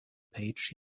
page